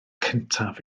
cyntaf